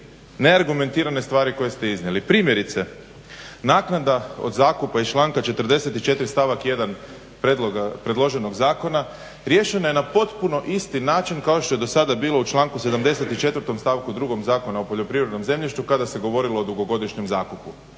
neke argumentirane stvari koje ste iznijeli. Primjerice, naknada od zakupa iz članka 44. stavak 1. predloženog zakona riješena je na potpuno isti način kao što je do sada bilo u članku 74. stavkom 2. Zakona o poljoprivrednom zemljištu kada se govorilo o dugogodišnjem zakupu.